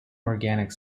organic